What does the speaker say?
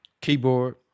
Keyboard